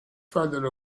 father